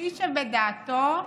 מי שבדעתו,